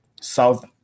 south